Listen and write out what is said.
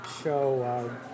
show